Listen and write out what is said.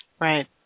Right